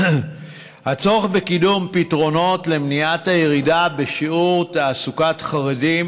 הצורך בקידום פתרונות למניעת הירידה בשיעור תעסוקת חרדים